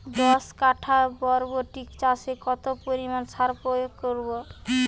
দশ কাঠা বরবটি চাষে কত পরিমাণ সার প্রয়োগ করব?